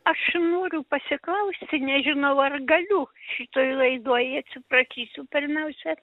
aš noriu pasiklausti nežinau ar galiu šitoj laidoj atsiprašysiu pirmiausia